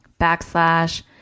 backslash